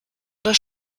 oder